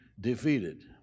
defeated